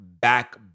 back